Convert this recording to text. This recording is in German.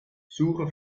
suche